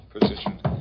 position